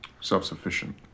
self-sufficient